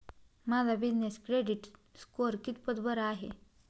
माझा business credit score कितपत बरा आहे?